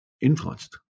influenced